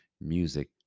music